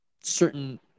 certain